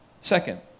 second